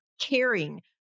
caring